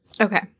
Okay